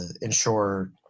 ensure